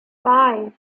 five